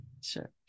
Sure